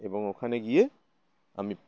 এবং ওখানে গিয়ে আমি